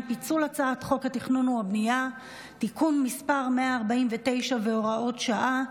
פיצול הצעת חוק התכנון והבנייה (תיקון מס' 149 והוראות שעה,